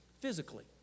physically